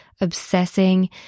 obsessing